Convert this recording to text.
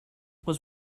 was